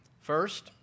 First